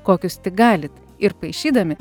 kokius tik galit ir paišydami